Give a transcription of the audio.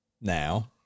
now